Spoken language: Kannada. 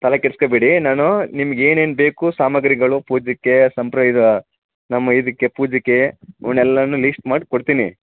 ತಲೆ ಕೆಡ್ಸ್ಕೊಬೇಡಿ ನಾನು ನಿಮ್ಗೆ ಏನೇನು ಬೇಕು ಸಾಮಗ್ರಿಗಳು ಪೂಜಕ್ಕೆ ಸಂಪ್ರ ಇದು ನಮ್ಮ ಇದಕ್ಕೆ ಪೂಜಕ್ಕೆ ಅವನ್ನೆಲ್ಲನು ಲೀಸ್ಟ್ ಮಾಡಿ ಕೊಡ್ತೀನಿ